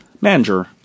Manager